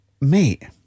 Mate